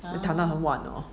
谈到很晚哦